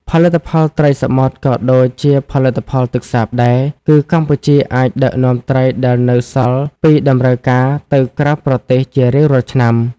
ផលិតផលត្រីសមុទ្រក៏ដូចជាផលិផលទឹកសាបដែរ គឺកម្ពុជាអាចដឹកនាំត្រីដែលនៅសល់ពីតម្រូវការទៅក្រៅប្រទេសជារៀងរាល់ឆ្នាំ។